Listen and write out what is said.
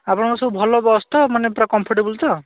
ଆପଣଙ୍କର ସବୁ ଭଲ ବସ୍ ତ ମାନେ ପୁରା କମ୍ଫର୍ଟଟେବୁଲ୍ ତ